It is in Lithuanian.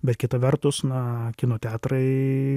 bet kita vertus na kino teatrai